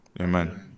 Amen